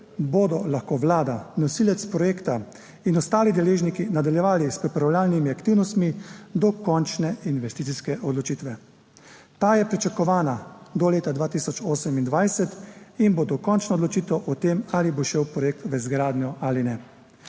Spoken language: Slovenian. bodo lahko Vlada, nosilec projekta in ostali deležniki nadaljevali s pripravljalnimi aktivnostmi do končne investicijske odločitve. Ta je pričakovana do leta 2028 in bo dokončna odločitev o tem, ali bo šel projekt v izgradnjo ali ne.